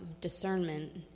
discernment